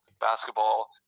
basketball